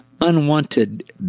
unwanted